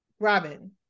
Robin